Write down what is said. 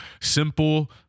simple